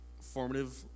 formative